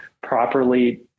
properly